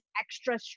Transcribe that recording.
extra